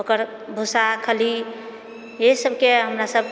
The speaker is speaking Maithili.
ओकर भूसा खली इएह सबकेँ हमरासब